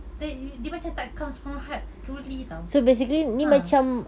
then it dia macam tak comes from heart truly [tau] ha